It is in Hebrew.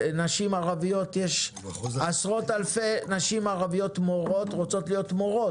יש עשרות אלפי נשים ערביות שרוצות להיות מורות.